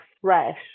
fresh